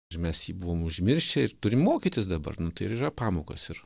ir mes jį buvom užmiršę ir turim mokytis dabar nu tai ir yra pamokos ir